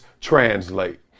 translate